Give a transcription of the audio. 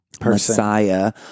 Messiah